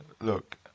look